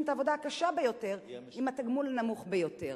את העבודה הקשה ביותר עם התגמול הנמוך ביותר.